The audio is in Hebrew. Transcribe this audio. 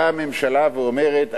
באה הממשלה ואומרת,